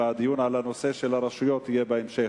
והדיון על הנושא של הרשויות יהיה בהמשך.